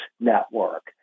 network